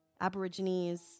Aborigines